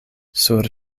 sur